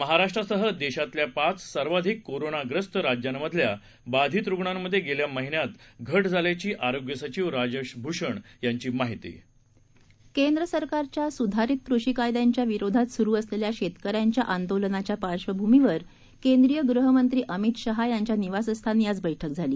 महाराष्ट्रासह देशातल्या पाच सर्वाधिक कोरोनाग्रस्त राज्यांमधील बाधित रुग्णांमध्ये गेल्या महिन्यात घट झाल्याची आरोग्य सचिव राजेश भूषण यांची माहिती केंद्र सरकारच्या सुधारीत कृषी कायद्यांच्या विरोधात सुरु असलेल्या शेतकऱ्यांच्या आंदोलनाच्या पार्श्वभूमीवर केंद्रीय गृहमंत्री अमित शहा यांच्या निवासस्थानी आज बैठक झाली